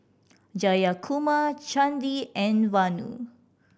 Jayakumar Chandi and Vanu